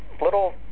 little